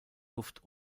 luft